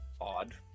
odd